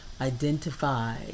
identify